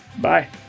Bye